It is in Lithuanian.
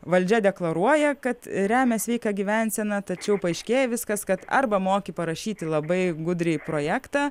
valdžia deklaruoja kad remia sveiką gyvenseną tačiau paaiškėja viskas kad arba moki parašyti labai gudriai projektą